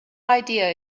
idea